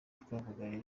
twavuganye